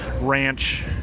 Ranch